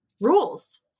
rules